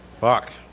Fuck